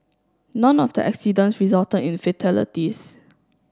none of the accident resulted in fatalities